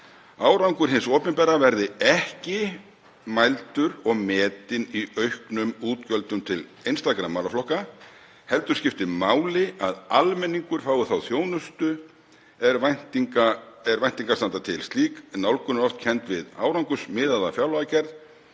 Árangur hins opinbera verði ekki mældur og metinn í auknum útgjöldum til einstakra málaflokka heldur skipti máli að almenningur fái þá þjónustu er væntingar standa til. Slík nálgun er oft kennd við árangursmiðaða fjárlagagerð